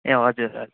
ए हजुर हजुर